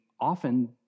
often